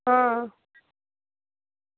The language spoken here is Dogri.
आं